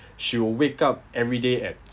she will wake up every day at